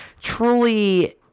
truly